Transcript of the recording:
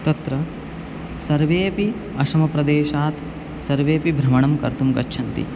तत्र सर्वेऽपि अस्सम् प्रदेशात् सर्वेपि भ्रमणं कर्तुं गच्छन्ति